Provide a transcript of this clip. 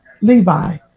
Levi